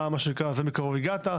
אתה מה שנקרא, זה מקרוב הגעת.